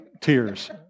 tears